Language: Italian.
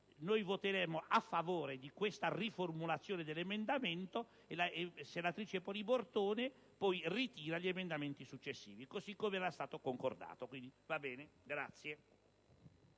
Noi voteremo a favore di questa riformulazione dell'emendamento e la senatrice Poli Bortone ritirerà gli emendamenti successivi, così come concordato.